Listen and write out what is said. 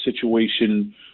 situation